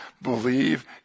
Believe